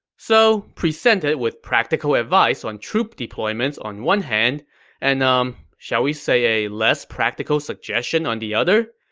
so, presented with practical advice on troop deployments on one hand and, umm, shall we say a less practical suggestion on the other,